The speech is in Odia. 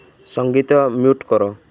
ସଙ୍ଗୀତ ମ୍ୟୁଟ୍ କର